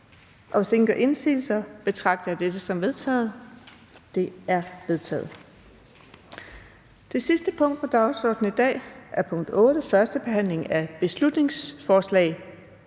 Hvis ingen gør indsigelse, betragter jeg dette som vedtaget. Det er vedtaget. --- Det sidste punkt på dagsordenen er: 8) 1. behandling af beslutningsforslag